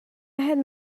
had